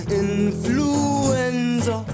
influenza